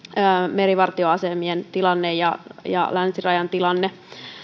merivartioasemien ja ja länsirajan tilanne